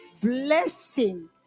blessing